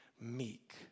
meek